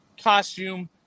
costume